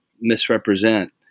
misrepresent